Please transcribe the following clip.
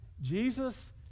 Jesus